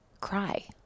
cry